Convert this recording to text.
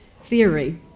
theory